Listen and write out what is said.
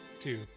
two